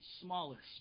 smallest